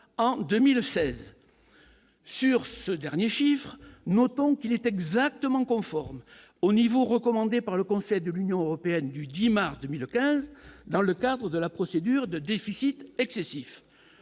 en 2016 sur ce dernier chiffre, notons qu'il est exactement conforme au niveau recommandé par le Conseil de l'Union européenne du 10 mars 2015 dans le cadre de la procédure de déficit excessif,